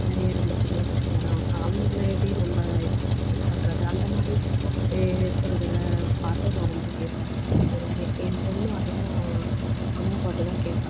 நிறையா ரெண்டு பொம்பள பசங்க தான் அவங்கள எப்படி நம்ம இது பண்ணுறது அந்த மாதிரி இருக்கிறதுக பாட்டு நான் ரொம்ப கேட்பேன் விரும்பி என் பொண்ணு அதிகம் அம்மா பாட்டு தான் கேட்பா